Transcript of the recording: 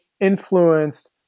influenced